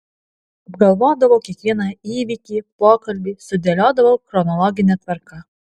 apgalvodavau kiekvieną įvykį pokalbį sudėliodavau chronologine tvarka